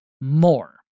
more